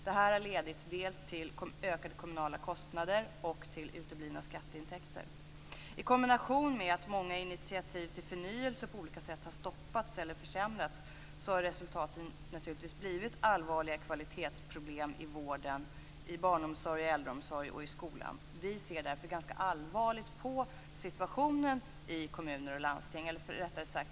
Detta har lett till ökade kommunala kostnader och till uteblivna skatteintäkter. I kombination med att många initiativ till förnyelse har stoppats eller försämrats har resultaten blivit allvarliga kvalitetsproblem i vården, i barnomsorgen, i äldreomsorgen och i skolan. Vi ser därför allvarligt på situationen i kommuner och landsting.